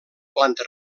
planta